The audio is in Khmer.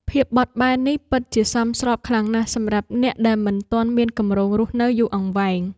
ភាពបត់បែននេះពិតជាសមស្របខ្លាំងណាស់សម្រាប់អ្នកដែលមិនទាន់មានគម្រោងរស់នៅយូរអង្វែង។